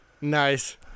Nice